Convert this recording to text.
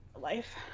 Life